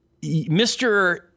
Mr